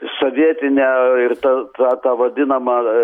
sovietinę ir tą tą tą vadinamą